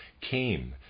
came